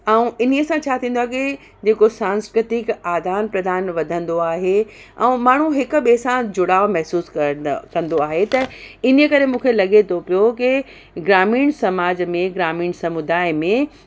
ऐं इन सां छा थींदो आहे की जेको सांस्कृतिक आदान प्रदान वधंदो आहे ऐं माण्हू हिक ॿिए सां जुड़ाव महिसूसु कंदा कंदो आहे त इन करे मूंखे लॻे थो पियो की ग्रामीण समाज में ग्रामीण समुदाय में